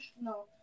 No